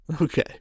Okay